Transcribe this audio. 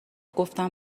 گفتم